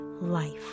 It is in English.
life